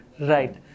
right